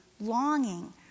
longing